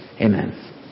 Amen